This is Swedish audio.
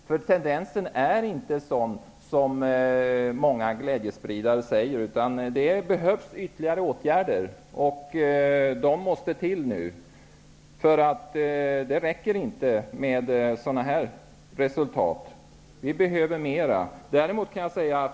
Tendensen är inte sådan som många glädjespridare säger att den är, utan ytterligare åtgärder behövs, och de måste till nu. Det räcker inte med sådana här resultat. Vi behöver mer.